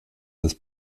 des